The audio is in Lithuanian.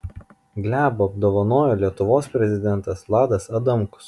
glebą apdovanojo lietuvos prezidentas valdas adamkus